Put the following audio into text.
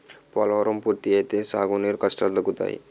పోలవరం పూర్తి అయితే సాగు నీరు కష్టాలు తగ్గుతాయి